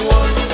one